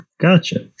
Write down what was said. Gotcha